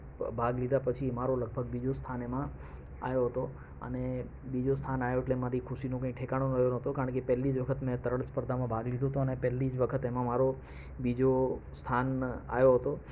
ભાગ લીધા પછી મારો લગભગ બીજો સ્થાન એમાં આવ્યો હતો અને બીજો સ્થાન આવ્યો એટલે મારી ખુશીનો કાઈ ઠેકાણો રહ્યો ન હતો કારણ કે પહેલી જ વખત મેં તરણ સ્પર્ધામાં ભાગ લીધો હતો ને પહેલી જ વખત એમાં મારો મારો બીજો સ્થાન આવ્યો હતો